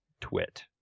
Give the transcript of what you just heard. twit